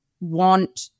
want